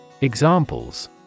Examples